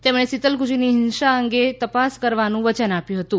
તેમણે સીતલકુચીની હિંસા અંગે તપાસ કરવાનું વચન આપ્યું હતું